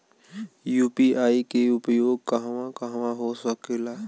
UPI के उपयोग कहवा कहवा हो सकेला?